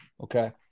Okay